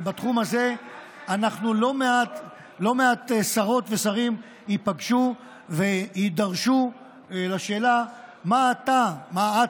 ובתחום הזה לא מעט שרות ושרים ייפגשו ויידרשו לשאלה מה אתה ומה את,